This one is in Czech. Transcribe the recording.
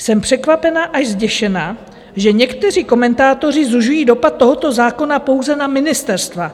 Jsem překvapená až zděšená, že někteří komentátoři zužují dopad tohoto zákona pouze na ministerstva.